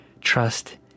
trust